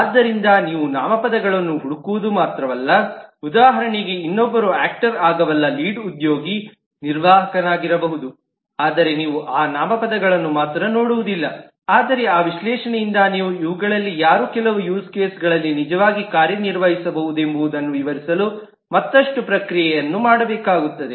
ಆದ್ದರಿಂದ ನೀವು ನಾಮಪದಗಳನ್ನು ಹುಡುಕುವುದು ಮಾತ್ರವಲ್ಲ ಉದಾಹರಣೆಗೆ ಇನ್ನೊಬ್ಬರು ಆಕ್ಟರ್ ಆಗಬಲ್ಲ ಲೀಡ್ ಉದ್ಯೋಗಿ ನಿರ್ವಾಹಕರಾಗಿರಬಹುದು ಆದರೆ ನೀವು ಆ ನಾಮಪದಗಳನ್ನು ಮಾತ್ರ ನೋಡುವುದಿಲ್ಲಆದರೆ ಆ ವಿಶ್ಲೇಷಣೆಯಿಂದ ನೀವು ಇವುಗಳಲ್ಲಿ ಯಾರು ಕೆಲವು ಯೂಸ್ ಕೇಸ್ ಗಳಲ್ಲಿ ನಿಜವಾಗಿ ಕಾರ್ಯನಿರ್ವಹಿಸಬಹುದೆಂಬುದನ್ನು ವಿವರಿಸಲು ಮತ್ತಷ್ಟು ಪ್ರಕ್ರಿಯೆಯನ್ನು ಮಾಡಬೇಕಾಗುತ್ತದೆ